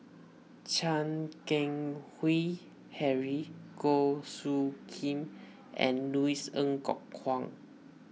Chan Keng Howe Harry Goh Soo Khim and Louis Ng Kok Kwang